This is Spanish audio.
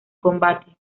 combate